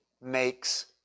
makes